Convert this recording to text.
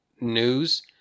news